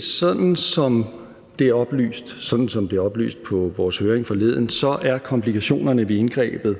Sådan som det er oplyst på vores høring forleden, er komplikationerne ved indgrebet